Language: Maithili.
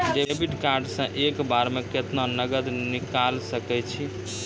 डेबिट कार्ड से एक बार मे केतना नगद निकाल सके छी?